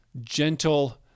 gentle